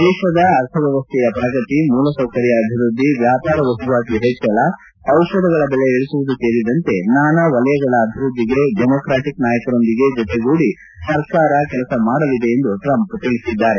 ದೇಶದ ಅರ್ಥವ್ತವಸ್ಥೆಯ ಪ್ರಗತಿ ಮೂಲ ಸೌಕರ್ಯ ಅಭಿವೃದ್ಧಿ ವ್ಯಾಪಾರ ವಹಿವಾಟು ಪೆಚ್ಚಳ ಡಿಷಧಗಳ ಬೆಲೆ ಇಳಿಸುವುದು ಸೇರಿದಂತೆ ನಾನಾ ವಲಯಗಳ ಅಭಿವ್ಯದ್ಧಿಗೆ ಡೆಮೊಕ್ರಾಟಿಕ್ ನಾಯಕರೊಂದಿಗೆ ಜತೆಗೂಡಿ ಸರ್ಕಾರ ಕೆಲಸ ಮಾಡಲಿದೆ ಎಂದು ಟ್ರಂಪ್ ತಿಳಿಸಿದ್ದಾರೆ